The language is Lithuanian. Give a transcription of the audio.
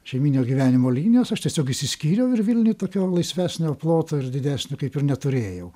šeiminio gyvenimo linijos aš tiesiog išsiskyriau ir vilniuj tokio laisvesnio ploto ir didesnio kaip ir neturėjau